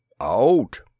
Out